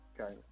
Okay